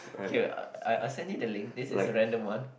okay I I'll send you the link this is a random one